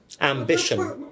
Ambition